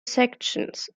sections